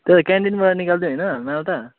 त्यो त क्यान्टिनबाट निकालिदिउँ होइन माल त